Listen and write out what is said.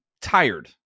tired